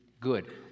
good